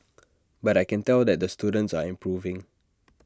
but I can tell that the students are improving